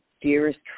dearest